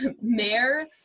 Mayor